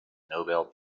nobel